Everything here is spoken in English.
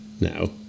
No